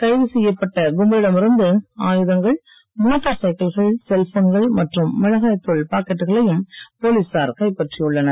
கைது செய்யப்பட்ட கும்பலிடம் இருந்து ஆயுதங்கள் மோட்டார் சைக்கிள்கள் செல்போன்கள் மிளகாய்க் மற்றும் தாள் பாக்கெட்டுகளையும் போலீசார் கைப்பற்றியுள்ளனர்